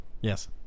Yes